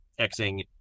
Xing